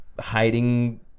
hiding